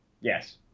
Yes